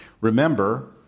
Remember